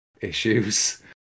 issues